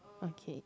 okay